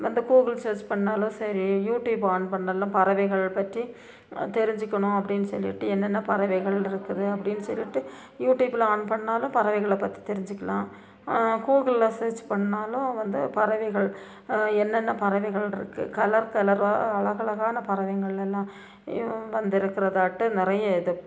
வந்து Google search பண்ணாலும் சரி யூடியூப் ஆன் பண்ணாலும் பறவைகள் பற்றி தெரிச்சிக்கணும் அப்படினு சொல்லிட்டு என்னென்ன பறவைகள் இருக்குது அப்படினு சொல்லிட்டு யூடியூப்ல ஆன் பண்ணாலும் பறவைகளை பற்றி தெரிஞ்சிக்கலாம் கூகுள்ல சர்ச் பண்ணாலும் வந்து பறவைகள் என்னென்ன பறவைகள் இருக்குது கலர் கலராக அழகலகான பறவைகள் எல்லாம் வந்துருக்கிறதா ஆகட்டும் நிறைய இது